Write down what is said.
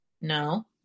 No